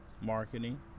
marketing